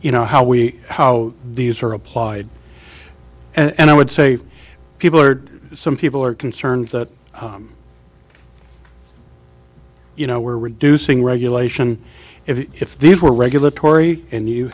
you know how we how these are applied and i would say people are some people are concerned that you know we're reducing regulation if these were regulatory and you